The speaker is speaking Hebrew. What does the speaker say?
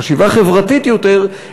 שהיא חשיבה חברתית יותר,